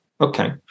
Okay